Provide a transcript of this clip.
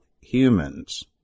humans